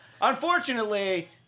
unfortunately